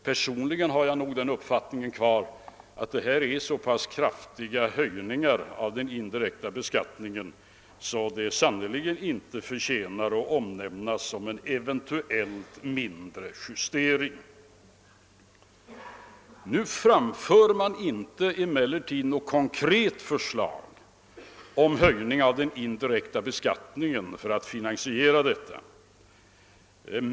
Personligen håller jag nog fortfarande fast vid uppfattningen att detta är så pass kraftiga höjningar av den indirekta beskattningen att de sannerligen inte förtjänar att kallas eventuella mindre justeringar. Något konkret förslag framförs emellertid inte om höjning av den indirekta beskattningen för att finansiera detta.